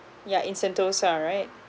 yeah in sentosa right